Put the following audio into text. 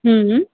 हम्म